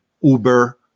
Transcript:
uber